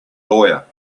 lawyer